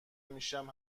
میشم